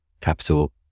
capital